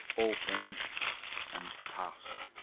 opened and passed.